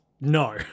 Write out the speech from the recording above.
No